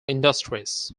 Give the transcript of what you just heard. industries